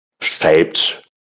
shaped